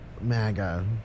MAGA